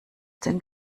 den